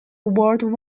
world